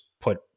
put